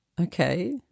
Okay